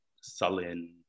sullen